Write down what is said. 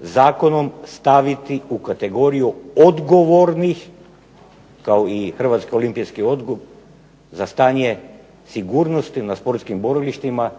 zakonom staviti u kategoriju odgovornih kao i Hrvatski olimpijski odbor za stanje sigurnosti na sportskim borilištima